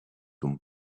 ton